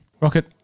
Rocket